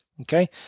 Okay